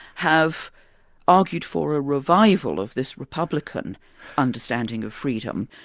have argued for a revival of this republican understanding of freedom,